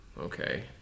okay